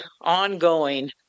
ongoing